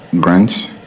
grants